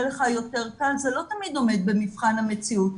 לך יותר קל זה לא תמיד עומדת במבחן המציאות.